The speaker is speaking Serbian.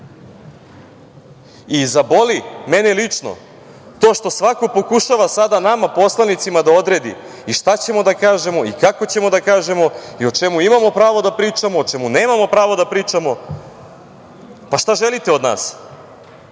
iznesu. Zaboli mene lično to što svako pokušava sada nama, poslanicima, da odredi i šta ćemo da kažemo i kako ćemo da kažemo i o čemu imamo pravo da pričamo, o čemu nemamo pravo da pričamo. Šta želite od nas?